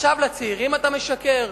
עכשיו לצעירים אתה משקר?